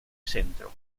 centro